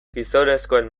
gizonezkoen